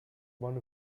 one